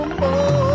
more